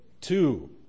Two